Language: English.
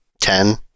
Ten